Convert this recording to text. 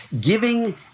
giving